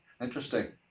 Interesting